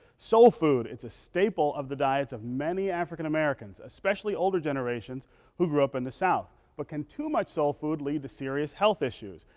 soul food. it's a staple in the diets of many african-americans, especially older generations who grew up in the south. but can too much soul food lead to serious health issues?